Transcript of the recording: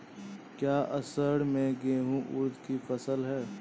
क्या असड़ में मूंग उर्द कि फसल है?